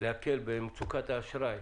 להקל במצוקת האשראי,